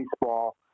baseball